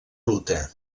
ruta